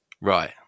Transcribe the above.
Right